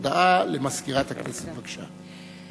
הודעה למזכירת הכנסת, בבקשה.